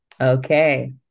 okay